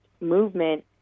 movement